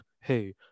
hey